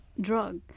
drug